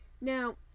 Now